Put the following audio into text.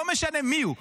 לא משנה מי הוא,